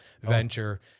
venture